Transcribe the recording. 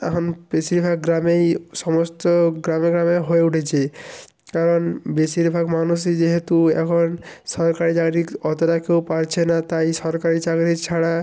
এখন বেশিরভাগ গ্রামেই সমস্ত গ্রামে গ্রামে হয়ে উঠেছে কারণ বেশিরভাগ মানুষই যেহেতু এখন সরকারি চাকরিক অতোটা কেউ পাচ্ছে না তাই সরকারি চাকরি ছাড়া